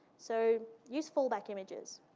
so use fallback images.